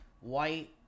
white